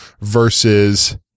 versus